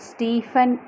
Stephen